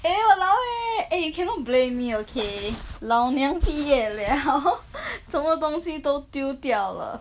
eh !walao! eh eh you cannot blame me okay 老娘毕业了 什么东西都丢掉了